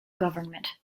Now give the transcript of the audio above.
government